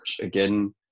again